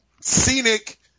scenic